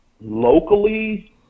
Locally